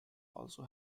also